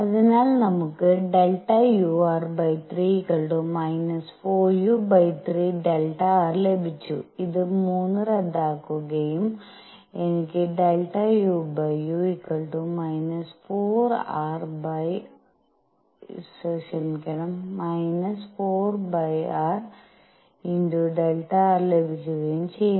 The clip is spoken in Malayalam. അതിനാൽ നമുക്ക് ∆ur3 4u3 Δr ലഭിച്ചു ഇത് 3 റദ്ദാക്കുകയും എനിക്ക്∆uu 4rΔr ലഭിക്കുകയും ചെയ്യുന്നു